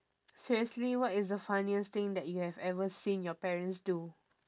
seriously what is the funniest thing that you have ever seen your parents do